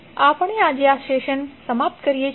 આપણે આજે આ સેશન સમાપ્ત કરીએ છીએ